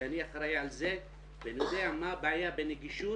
שאני אחראי על זה ואני יודע מה הבעיה בנגישות.